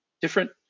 different